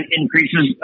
increases